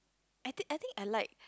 I think I think I like